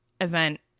event